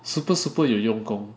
super super 有用功